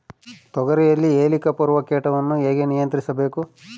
ತೋಗರಿಯಲ್ಲಿ ಹೇಲಿಕವರ್ಪ ಕೇಟವನ್ನು ಹೇಗೆ ನಿಯಂತ್ರಿಸಬೇಕು?